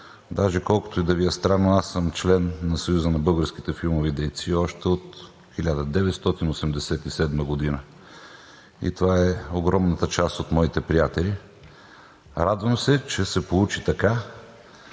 Даже, колкото и да Ви е странно, аз съм член на Съюза на българските филмови дейци още от 1987 г. и това е огромната част от моите приятели. Радвам се, че се получи така,